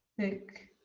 thick,